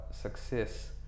success